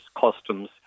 customs